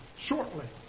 Shortly